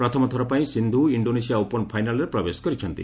ପ୍ରଥମ ଥରପାଇଁ Sindhu Indonesia open ଫାଇନାଲ୍ରେ ପ୍ରବେଶ କରିଛନ୍ତି